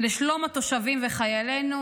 לשלום התושבים וחיילינו,